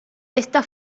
esta